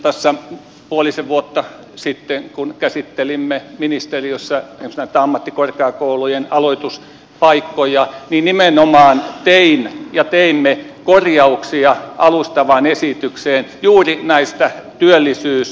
tässä puolisen vuotta sitten kun käsittelimme ministeriössä juuri näitä ammattikorkeakoulujen aloituspaikkoja nimenomaan tein ja teimme korjauksia alustavaan esitykseen juuri näistä työllisyyslähtökohdista